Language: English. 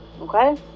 Okay